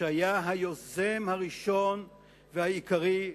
שהיה היוזם הראשון והעיקרי,